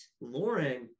Lauren